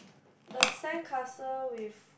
the sandcastle with